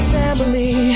family